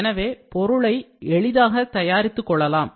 எனவே பொருளை எளிதாக தயாரித்துக் கொள்ளலாம்